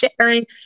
sharing